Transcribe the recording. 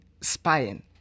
spying